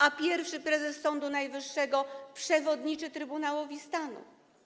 A pierwszy prezes Sądu Najwyższego przewodniczy Trybunałowi Stanu.